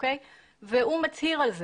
והוא מצהיר על זה,